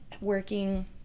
working